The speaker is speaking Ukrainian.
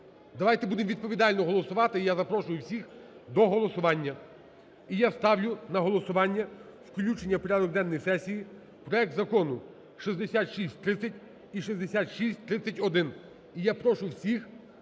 Давайте будемо відповідально голосувати. І я запрошую всіх до голосування. І я ставлю на голосування включення у порядок денний сесії проект Закону 6630 і 6631. І я прошу всіх